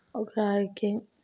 ओकरा आरके